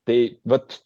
tai vat